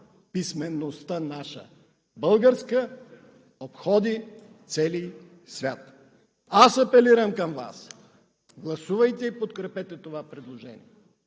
„писмеността наша, българска, обходи целий свят“. Аз апелирам към Вас – гласувайте и подкрепете това предложение.